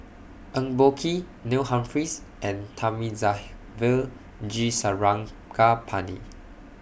Eng Boh Kee Neil Humphreys and Thamizhavel G Sarangapani